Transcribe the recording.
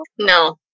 No